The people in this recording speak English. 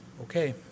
Okay